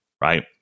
right